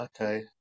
okay